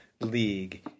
league